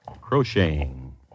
crocheting